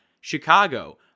Chicago